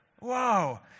Wow